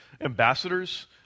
ambassadors